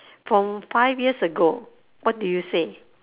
from five years ago what do you say